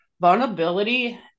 Vulnerability